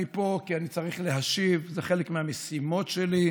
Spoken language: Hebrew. אני פה כי אני צריך להשיב, זה חלק מהמשימות שלי,